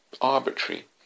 arbitrary